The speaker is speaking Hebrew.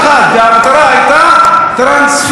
והמטרה הייתה טרנספר.